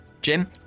Jim